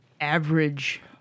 average